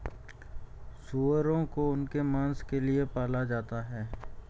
सूअरों को उनके मांस के लिए पाला जाता है